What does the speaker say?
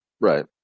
Right